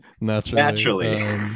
Naturally